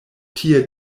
tie